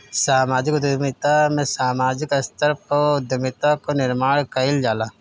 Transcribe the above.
समाजिक उद्यमिता में सामाजिक स्तर पअ उद्यमिता कअ निर्माण कईल जाला